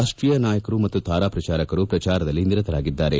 ರಾಷ್ಷೀಯ ನಾಯಕರು ಮತ್ತು ತಾರಾ ಪ್ರಚಾರಕರು ಪ್ರಚಾರದಲ್ಲಿ ನಿರತರಾಗಿದ್ದಾರೆ